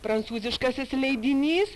prancūziškasis leidinys